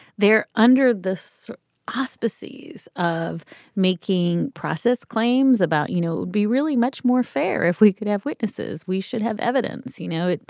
they're under this auspices of making process claims about, you know, would be really much more fair if we could have witnesses. we should have evidence. you know,